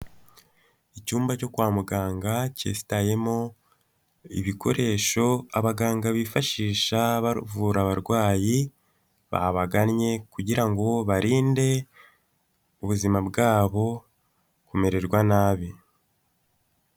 Icyumba cyo kwa muganga cyesitayemo ibikoresho abaganga bifashisha bavura abarwayi babagannye kugira ngo barinde ubuzima bwabo kumererwa nabi.